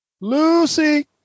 Lucy